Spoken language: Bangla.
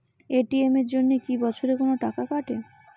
এ.টি.এম এর জন্যে কি বছরে কোনো টাকা কাটে?